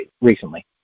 recently